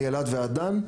מאילת ועד דן,